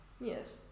Yes